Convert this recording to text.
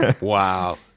Wow